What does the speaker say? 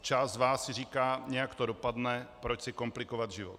Část z vás si říká, nějak to dopadne, proč si komplikovat život.